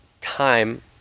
time